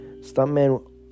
Stuntman